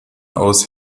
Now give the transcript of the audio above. aus